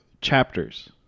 chapters